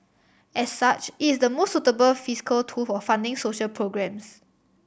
as such it is the most suitable fiscal tool for funding social programmes